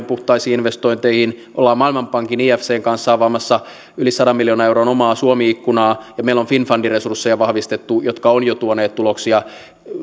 puhtaisiin investointeihin olemme maailmanpankin ifcn kanssa avaamassa yli sadan miljoonan euron omaa suomi ikkunaa ja meillä on finnfundin resursseja vahvistettu jotka ovat jo tuoneet tuloksia